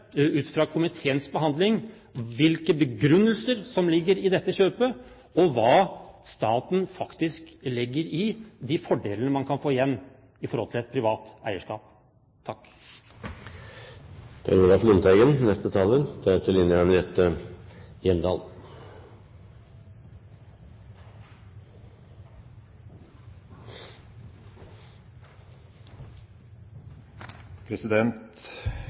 ut fra komiteens behandling hvilke begrunnelser som ligger i dette kjøpet, og hva staten faktisk legger i de fordelene man kan få igjen i forhold til et privat eierskap.